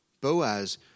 Boaz